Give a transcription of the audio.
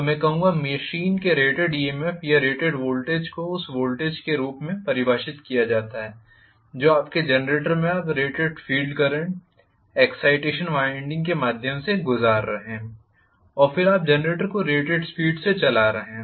तो मैं कहूंगा कि मशीन के रेटेड ईएमएफ या रेटेड वोल्टेज को उस वोल्टेज के रूप में परिभाषित किया जाता है जो आपके जनरेटर में आप rated field current excitation winding के माध्यम से गुजार रहे हैं और फिर आप जनरेटर को रेटेड स्पीड से चला रहे हैं